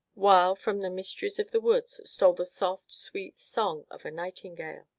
while, from the mysteries of the woods, stole the soft, sweet song of a nightingale.